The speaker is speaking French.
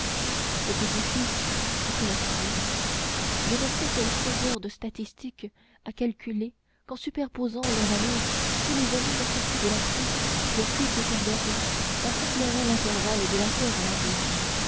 cet édifice est colossal je ne sais quel faiseur de statistique a calculé qu'en superposant l'un à l'autre tous les volumes sortis de la presse depuis gutenberg on comblerait l'intervalle de la terre à la lune